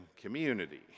community